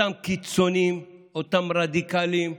אותם קיצונים, אותם רדיקלים,